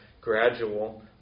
gradual